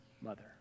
mother